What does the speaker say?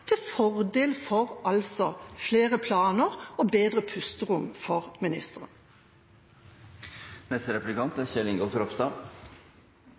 til fordel for flere planer og bedre pusterom for